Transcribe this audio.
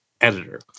editor